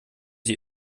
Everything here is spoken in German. sie